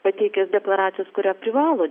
pateikęs deklaracijos kurią privalo